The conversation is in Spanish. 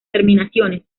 terminaciones